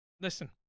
listen